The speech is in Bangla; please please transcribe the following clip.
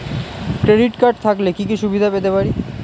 ক্রেডিট কার্ড থাকলে কি কি সুবিধা পেতে পারি?